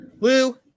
Lou